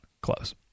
close